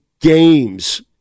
games